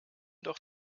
doch